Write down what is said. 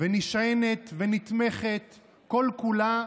ונשענת ונתמכת כל-כולה